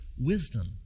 wisdom